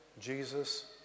Jesus